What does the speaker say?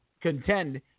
contend